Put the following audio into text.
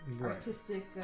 artistic